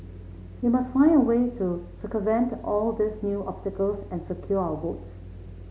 we must find a way to circumvent all these new obstacles and secure our votes